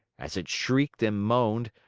as it shrieked and moaned,